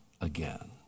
again